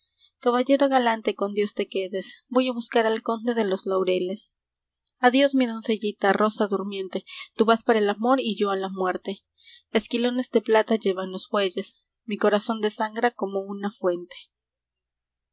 caballero galante con dios te quedes voy a buscar al conde de los laureles adiós mi doncellita rosa durmiente tú vas para el amor y yo a la muerte esquilones de plata llevan los bueyes mi corazón desangra como una fuente